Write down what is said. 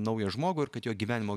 naują žmogų ir kad jo gyvenimo